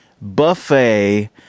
buffet